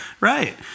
Right